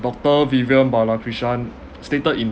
doctor vivian balakrishnan stated in